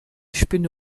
spinne